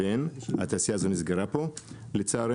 התעשייה הזו נסגרה פה לצערנו.